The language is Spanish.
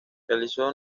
realizó